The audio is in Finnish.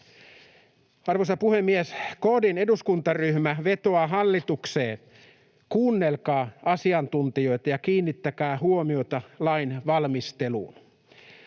Arvoisa puhemies! KD-eduskuntaryhmä vetoaa hallitukseen: kuunnelkaa asiantuntijoita ja kiinnittäkää huomiota lainvalmisteluun.